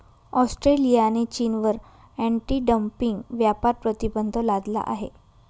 ऑस्ट्रेलियाने चीनवर anti dumping व्यापार प्रतिबंध लादला आहे